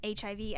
HIV